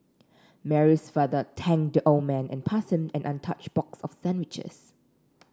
Mary's father thanked the old man and passed him an untouched box of sandwiches